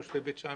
תושבי בית שאן,